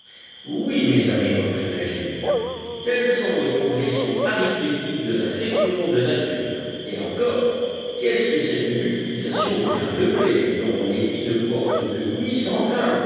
oui mes amis reprit l'ingénieur telles sont les progressions arithmétiques de la féconde nature et encore qu'est-ce que cette multiplication du grain de blé dont l'épi ne porte que huit cents grains